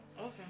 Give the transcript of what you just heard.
Okay